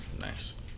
Nice